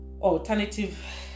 alternative